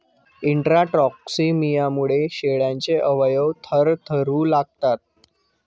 इंट्राटॉक्सिमियामुळे शेळ्यांचे अवयव थरथरू लागतात